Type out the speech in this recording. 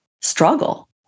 struggle